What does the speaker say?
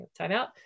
timeout